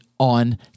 On